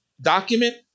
document